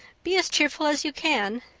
be as cheerful as you can